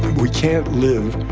we can't live